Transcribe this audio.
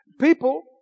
People